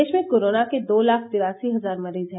देश में कोरोना के दो लाख तिरासी हजार मरीज हैं